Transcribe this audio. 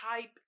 type